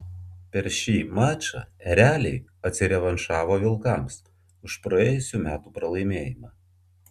per šį mačą ereliai atsirevanšavo vilkams už praėjusių metų pralaimėjimą